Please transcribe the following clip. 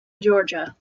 georgia